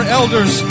elders